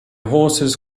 horses